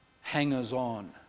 hangers-on